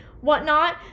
whatnot